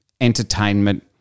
entertainment